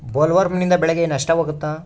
ಬೊಲ್ವರ್ಮ್ನಿಂದ ಬೆಳೆಗೆ ನಷ್ಟವಾಗುತ್ತ?